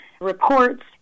reports